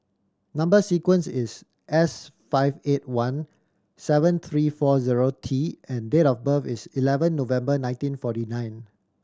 number sequence is S five eight one seven three four zero T and date of birth is eleven November nineteen forty nine